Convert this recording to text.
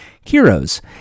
Heroes